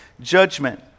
judgment